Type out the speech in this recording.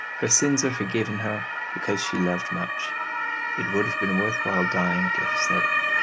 her sins are forgiven her because she loved much it would have been worth while dying to have said it.